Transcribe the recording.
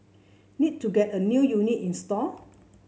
need to get a new unit installed